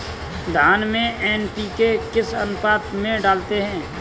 धान में एन.पी.के किस अनुपात में डालते हैं?